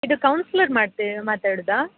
ಇದು ಕೌಂಸ್ಲರ್ ಮಾತೆ ಮಾತಾಡೋದಾ